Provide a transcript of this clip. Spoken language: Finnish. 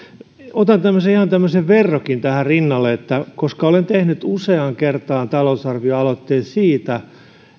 otan ihan tämmöisen verrokin tähän rinnalle olen tehnyt useaan kertaan talousarvioaloitteen siitä